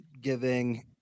giving